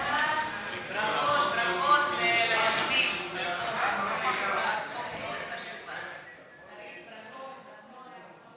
התשע"ו 2016. ההצעה להעביר את הצעת חוק הביטוח הלאומי (תיקון,